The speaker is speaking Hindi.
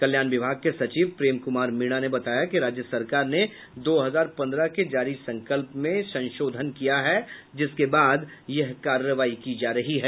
कल्याण विभाग के सचिव प्रेम कुमार मीणा ने बताया कि राज्य सरकार ने दो हजार पंद्रह के जारी संकल्प में संशोधन किया है जिसके बाद यह कार्रवाई की जा रही है